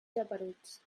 geperuts